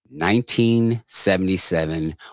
1977